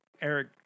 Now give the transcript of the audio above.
Eric